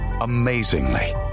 Amazingly